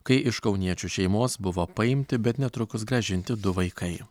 kai iš kauniečių šeimos buvo paimti bet netrukus grąžinti du vaikai